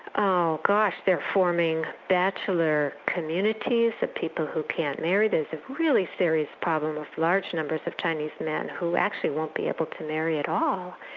ah gosh, they're forming bachelor communities of people who can't marry, there's a really serious problem of large numbers of chinese men who actually won't be able to marry at all.